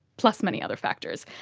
plus many other factors.